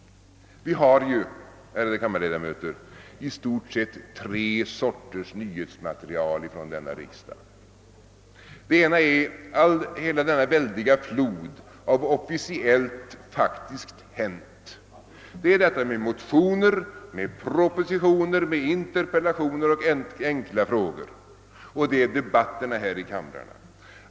Vi har ju, ärade kammarledamöter, i stort sett tre slag av nyhetsmaterial från riksdagen. Vi har först hela den väldiga floden av det som officiellt faktiskt hänt. Det är motioner, propositioner, interpellationer och enkla frågor samt debatterna i kamrarna.